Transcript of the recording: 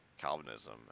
Calvinism